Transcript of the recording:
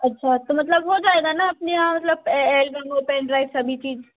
अच्छा तो मतलब हो जाएगा न अपने यहाँ मतलब ए एल्बम और पैन ड्राइब सभी चीज